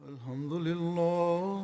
Alhamdulillah